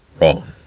wrong